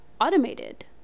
automated